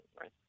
right